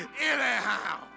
anyhow